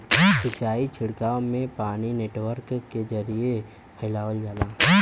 सिंचाई छिड़काव में पानी नेटवर्क के जरिये फैलावल जाला